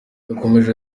yakomeje